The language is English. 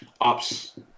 ops